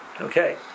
Okay